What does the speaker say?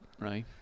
Right